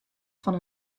fan